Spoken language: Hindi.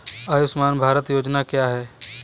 आयुष्मान भारत योजना क्या है?